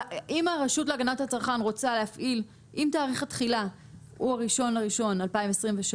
אם תאריך התחילה הוא ה-1.1.2023,